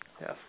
Yes